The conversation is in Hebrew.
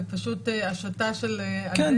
זה פשוט השתה של --- כן,